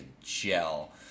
gel